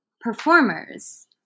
performers